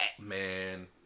man